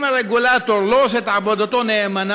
אם הרגולטור לא עושה את עבודתו נאמנה,